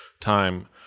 time